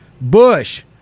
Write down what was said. Bush